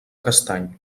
castany